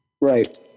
right